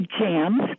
jams